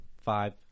Five